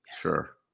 Sure